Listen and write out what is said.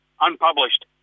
unpublished